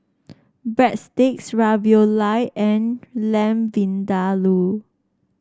Breadsticks Ravioli and Lamb Vindaloo